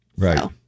Right